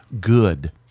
good